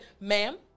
ma'am